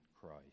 Christ